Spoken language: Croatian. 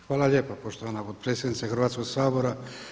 Hvala lijepa poštovana potpredsjednice Hrvatskog sabora.